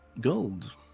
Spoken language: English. gold